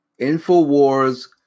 Infowars